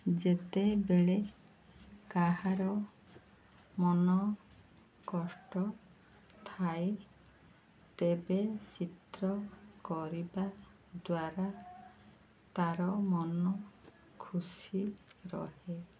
ଯେତେବେଳେ କାହାର ମନ କଷ୍ଟ ଥାଏ ତେବେ ଚିତ୍ର କରିବା ଦ୍ୱାରା ତା'ର ମନ ଖୁସି ରହେ